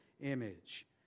image